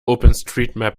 openstreetmap